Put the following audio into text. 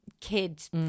kids